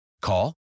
Call